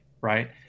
right